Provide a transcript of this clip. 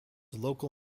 local